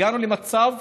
הגענו למצב